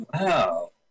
wow